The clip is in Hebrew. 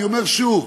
אני אומר שוב,